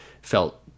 felt